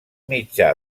mitjà